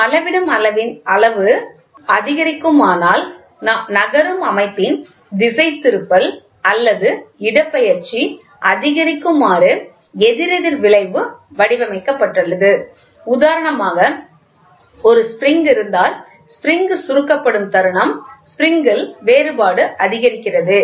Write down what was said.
நாம் அளவிடும் அளவின் அளவு அதிகரிக்குமானால் நகரும் அமைப்பின் திசைதிருப்பல் அல்லது இடப்பெயர்ச்சி அதிகரிக்குமாறு எதிரெதிர் விளைவு வடிவமைக்கப்பட்டுள்ளது உதாரணமாக ஒரு ஸ்ப்ரிங் இருந்தால் ஸ்ப்ரிங் சுருக்கப் படும் தருணம் ஸ்ப்ரிங் ல் வேறுபாடு அதிகரிக்கிறது